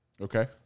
Okay